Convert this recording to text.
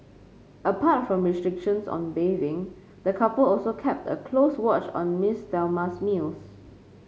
apart from restrictions on bathing the couple also kept a close watch on Miss Thelma's meals